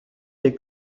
des